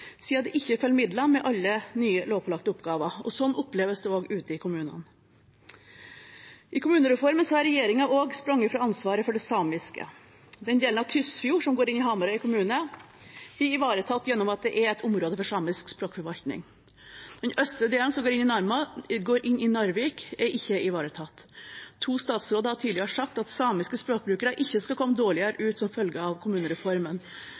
siden det ikke følger midler med alle nye lovpålagte oppgaver, og sånn oppleves det også ute i kommunene. I kommunereformen har regjeringen også sprunget fra ansvaret for det samiske. Den delen av Tysfjord som går inn i Hamarøy kommune, blir ivaretatt gjennom at det er et område for samisk språkforvaltning. Den østre delen, som går inn i Narvik, er ikke ivaretatt. To statsråder har tidligere sagt at samiske språkbrukere ikke skal komme dårligere ut som følge av kommunereformen,